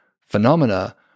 phenomena